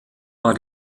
war